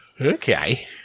Okay